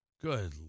Good